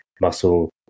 muscle